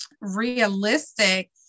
realistic